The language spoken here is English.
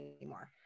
anymore